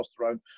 testosterone